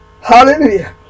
Hallelujah